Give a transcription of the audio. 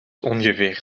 ongeveer